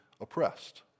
oppressed